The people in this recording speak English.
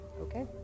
Okay